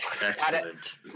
Excellent